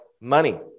money